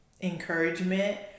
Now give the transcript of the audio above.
encouragement